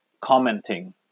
commenting